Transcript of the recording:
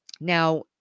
Now